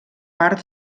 part